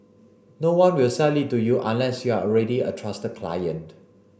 no one will sell it to you unless you're already a trusted client